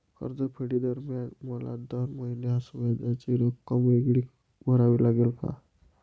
कर्जफेडीदरम्यान मला दर महिन्यास व्याजाची रक्कम वेगळी भरावी लागेल का?